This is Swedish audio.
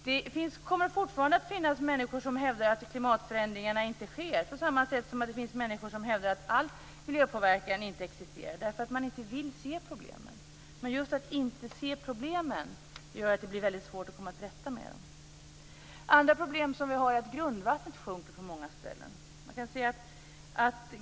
Det kommer fortfarande att finnas människor som hävdar att klimatförändringarna inte sker, på samma sätt som det finns människor som hävdar att ingen miljöpåverkan existerar, därför att man inte vill se problemen. Men just att man inte ser problemen gör att det blir väldigt svårt att komma till rätta med dem. Andra problem som vi har är att grundvattnet sjunker på många ställen.